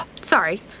Sorry